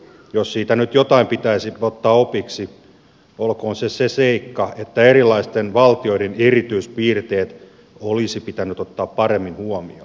jos siitä nyt jotain pitäisi ottaa opiksi se olkoon se seikka että erilaisten valtioiden erityispiirteet olisi pitänyt ottaa paremmin huomioon